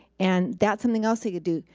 and that's something else they could do.